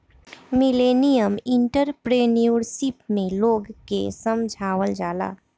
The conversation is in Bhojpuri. मिलेनियल एंटरप्रेन्योरशिप में लोग के समझावल जाला